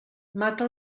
mata